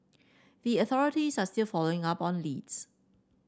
the authorities are still following up on leads